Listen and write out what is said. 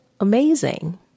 amazing